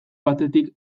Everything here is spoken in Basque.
batetik